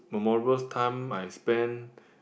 memorable time I spent